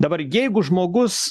dabar jeigu žmogus